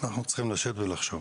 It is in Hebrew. אנחנו צריכים לשבת ולחשוב.